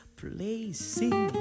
placing